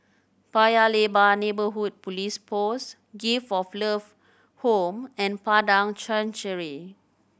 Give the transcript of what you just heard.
Paya Lebar Neighbourhood Police Post Gift of Love Home and Padang Chancery